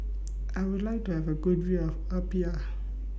I Would like to Have A Good View of Apia